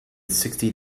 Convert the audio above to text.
sixty